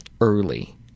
early